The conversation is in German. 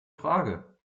frage